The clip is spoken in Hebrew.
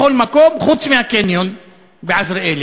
זה בכל מקום, חוץ מקניון "עזריאלי".